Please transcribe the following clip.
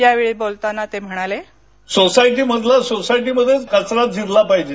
यावेळी बोलताना ते म्हणाले सोसायटी मधला सोसायटी मध्येच कचरा जिरला पाहिजे